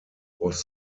was